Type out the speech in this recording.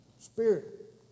Spirit